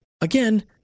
Again